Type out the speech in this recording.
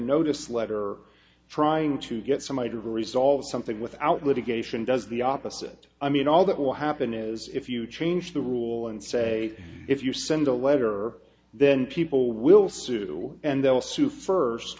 notice letter trying to get somebody to resolve something without litigation does the opposite i mean all that will happen is if you change the rule and say if you send a letter then people will sue and they'll sue first